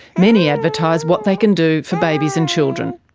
many advertise what they can do for babies and children.